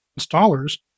installers